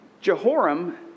Jehoram